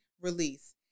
Release